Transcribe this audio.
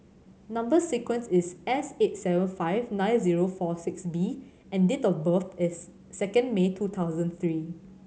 number sequence is S eight seven five nine zero four six B and date of birth is second May two thousand three